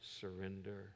surrender